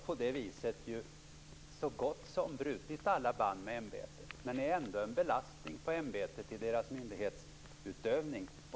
På det viset har de så gott som brutit alla band med ämbetet men är ändå en belastning på ämbetet i deras myndighetsutövning.